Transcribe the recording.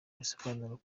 bisobanuye